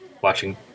watching